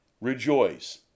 Rejoice